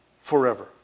forever